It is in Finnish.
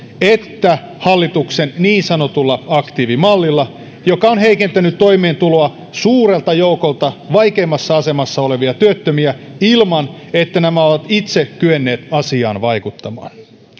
että hallituksen niin sanotulla aktiivimallilla joka on heikentänyt toimeentuloa suurelta joukolta vaikeimmassa asemassa olevia työttömiä ilman että nämä ovat itse kyenneet asiaan vaikuttamaan